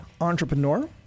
entrepreneur